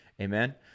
Amen